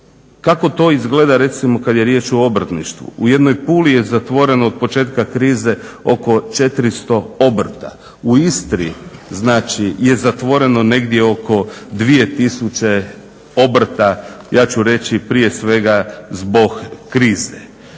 Kako to izgleda recimo kada je riječ o obrtništvu? U jednoj Puli je zatvoreno od početka krize oko 400 obrta. U Istri, znači je zatvoreno negdje oko 2000 obrta, ja ću reći prije svega zbog krize.